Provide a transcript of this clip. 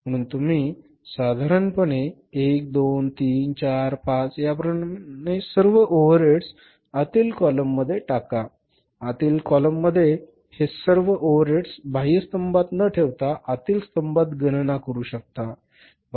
म्हणून तुम्ही साधारणपणे 1 2 3 4 5 याप्रमाणे सर्व ओव्हरहेड्स आतील कॉलममध्ये टाका आतील कॉलममध्ये ही सर्व ओव्हरहेड्स बाह्य स्तंभात न ठेवता आतील स्तंभात गणना करू शकता